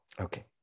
Okay